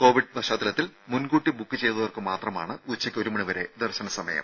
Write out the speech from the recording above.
കോവിഡിന്റെ പശ്ചാത്തലത്തിൽ മുൻകൂട്ടി ബുക്ക് ചെയ്തവർക്ക് മാത്രമാണ് ഉച്ചയ്ക്ക് ഒരു മണി വരെ ദർശന സമയം